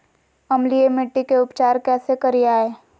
अम्लीय मिट्टी के उपचार कैसे करियाय?